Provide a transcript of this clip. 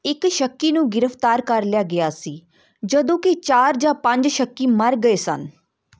ਇੱਕ ਸ਼ੱਕੀ ਨੂੰ ਗ੍ਰਿਫਤਾਰ ਕਰ ਲਿਆ ਗਿਆ ਸੀ ਜਦੋਂ ਕਿ ਚਾਰ ਜਾਂ ਪੰਜ ਸ਼ੱਕੀ ਮਰ ਗਏ ਸਨ